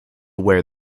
wear